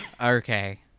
Okay